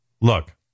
look